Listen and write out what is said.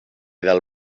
del